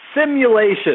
Simulation